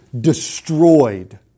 Destroyed